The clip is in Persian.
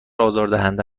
آزاردهنده